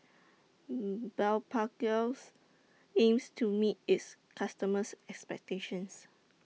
Blephagel aims to meet its customers' expectations